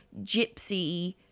gypsy